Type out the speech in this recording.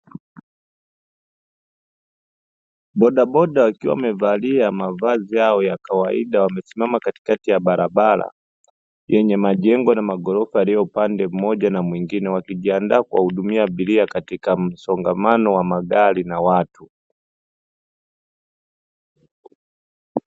Bodaboda wakiwa wamavalia mavazi yao ya kawaida, wamesimama katikati ya barabara yenye majengo na maghorofa yaliyo upande mmoja na mwingine wakijiandaa kuwahudumia abiria katika msongamano wa magari na watu.